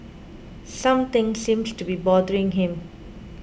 something seems to be bothering him